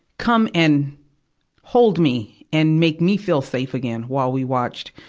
come and hold me and make me feel safe again, while we watched,